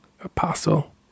Apostle